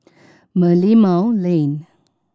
Merlimau Lane